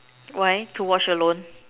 why to watch alone